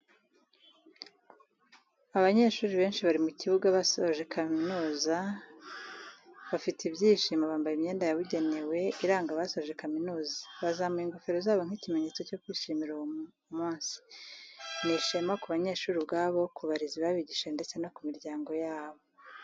Abanyeshuri benshi bari mu kibuga basoje kamizuza bafite ibyishimo, bambaye imyenda yabugenewe iranga abasoje kaminuza bazamuye ingofero zabo nk'ikimenyetso cyo kwishimira uwo, ni ishema ku banyeshuri ubwabo, ku barezi babigishije ndetse no ku miryango yabo.